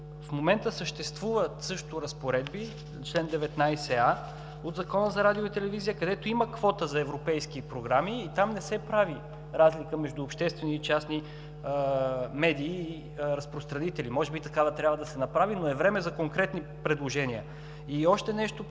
в момента съществуват също разпоредби – чл. 19а от Закона за радио и телевизия, където има квота за европейски програми и там не се прави разлика между обществени и частни медии и разпространители – може би такава трябва да се направи, но е време за конкретни предложения. И още нещо по